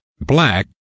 black